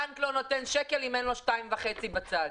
הבנק לא נותן שקל אם אין לו 2.5 שקלים בצד.